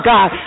God